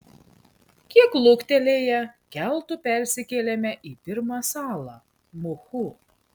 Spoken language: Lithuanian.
kiek luktelėję keltu persikėlėme į pirmą salą muhu